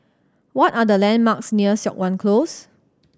what are the landmarks near Siok Wan Close